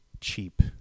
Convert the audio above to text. cheap